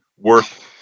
worth